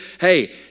Hey